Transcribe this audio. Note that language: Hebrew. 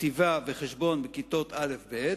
כתיבה וחשבון, בכיתות א'-ב',